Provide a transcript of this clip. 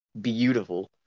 beautiful